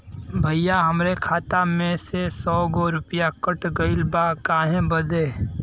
भईया हमरे खाता मे से सौ गो रूपया कट गइल बा काहे बदे?